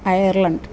Ireland